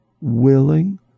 willing